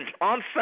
On